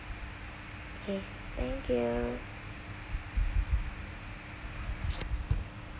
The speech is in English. okay thank you